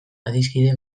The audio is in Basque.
adiskide